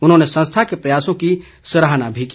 उन्होंने संस्था के प्रयासों की सराहना भी की